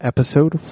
Episode